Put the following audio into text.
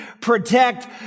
protect